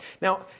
Now